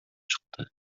чыкты